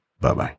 Bye-bye